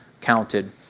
counted